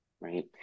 Right